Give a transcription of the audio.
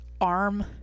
arm